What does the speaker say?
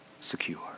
secure